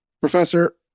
Professor